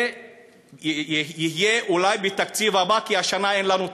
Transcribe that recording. זה יהיה אולי בתקציב הבא, כי השנה אין לנו תקציב.